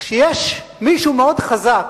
כשיש מישהו מאוד חזק,